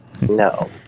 no